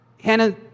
Hannah